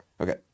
Okay